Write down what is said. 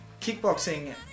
Kickboxing